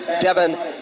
Devin